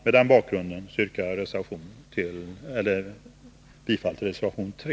Mot denna bakgrund yrkar jag bifall till reservation 3.